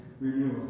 renewal